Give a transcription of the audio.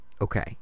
okay